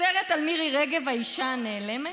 סרט על מירי רגב: האישה הנעלמת,